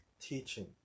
teaching